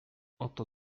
oto